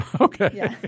Okay